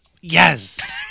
Yes